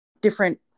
different